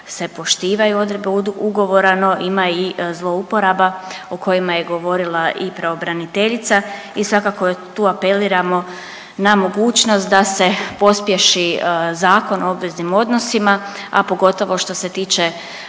se poštivaju odredbe ugovora, no ima i zlouporaba o ikojima je govorila i pravobraniteljica i svakako tu apeliramo na mogućnost da se pospješi Zakon o obveznim odnosima, a pogotovo što se tiče